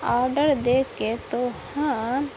order دے کے تو ہاں